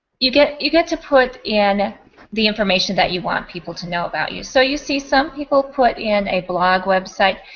you get you get to put in the information that you want people to know about you. so you see some people put in a blog website.